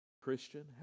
Christian